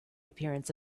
appearance